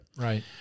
Right